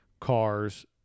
cars